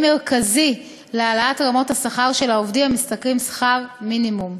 מרכזי להעלאת רמות השכר של העובדים המשתכרים שכר מינימום.